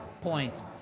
points